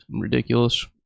Ridiculous